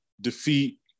defeat